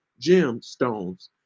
gemstones